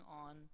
on